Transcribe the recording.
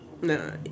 No